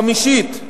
חמישית,